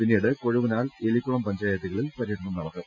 പിന്നീട് കൊഴുവനാൽ എലിക്കുളം പഞ്ചായത്തുകളിൽ പര്യടനം നടത്തും